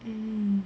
mmhmm